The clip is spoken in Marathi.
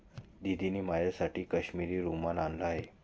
दीदींनी माझ्यासाठी काश्मिरी रुमाल आणला आहे